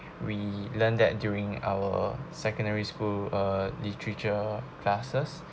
we learn that during our secondary school uh literature classes